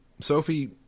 Sophie